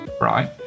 right